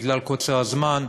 בגלל קוצר הזמן,